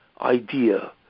idea